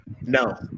No